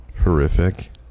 horrific